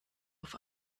auf